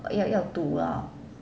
要要读 ah